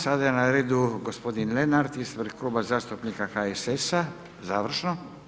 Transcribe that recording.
Sada je na redu gospodin Lenart ispred Kluba zastupnika HSS-a, završno.